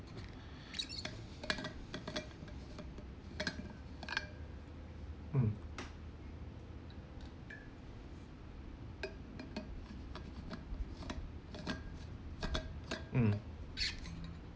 mm mm